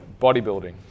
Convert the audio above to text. Bodybuilding